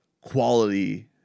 quality